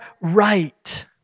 right